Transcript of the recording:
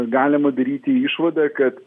galima daryti išvadą kad